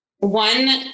One